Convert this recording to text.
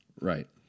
Right